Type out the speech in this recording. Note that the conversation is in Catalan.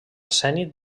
zenit